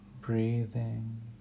breathing